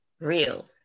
real